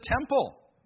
temple